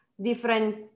different